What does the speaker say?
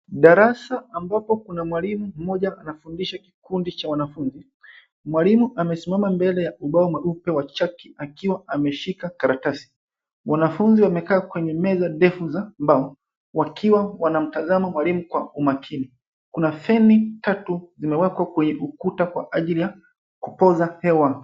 Darasa ambapo kuna mwalimu mmoja anafundisha kikundi cha wanafunzi. Mwalimu amesimama mbele ya ubao mweupe wa chaki akiwa ameshika karatasi. Wanafunzi wamekaa kwenye meza ndefu za mbao, wakiwa wanamtazama mwalimu kwa umakini. Kuna feni tatu zimewekwa kwenye ukuta kwa ajili ya kupoza hewa.